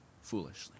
foolishly